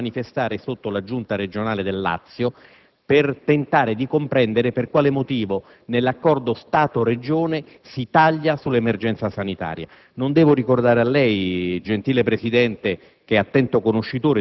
sono a manifestare sotto la Giunta regionale del Lazio per tentare di comprendere per quale motivo nell'accordo Stato-Regione sono stati tagliati fondi all'emergenza sanitaria. Non devo ricordare a lei, gentile Presidente,